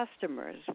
customers